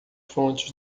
fontes